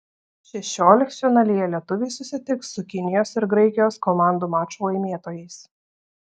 šešioliktfinalyje lietuviai susitiks su kinijos ir graikijos komandų mačo laimėtojais